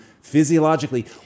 physiologically